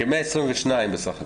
כ-122 בסך הכול,